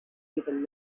even